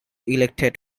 elected